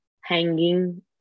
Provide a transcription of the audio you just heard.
hanging